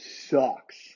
sucks